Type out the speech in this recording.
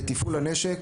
שתיים בתפעול הנשק,